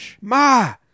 Ma